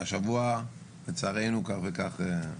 'השבוע לצערנו כך וכך'